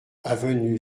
avenue